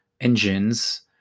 engines